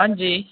अंजी